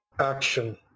Action